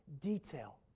detail